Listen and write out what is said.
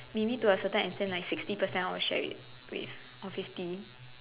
maybe to a certain extent like sixty percent I would share it with or fifty